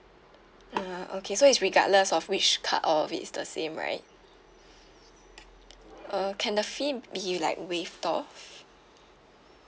ah okay so it's regardless of which card all of it is the same right uh can the fee be like waived off